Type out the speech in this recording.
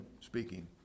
speaking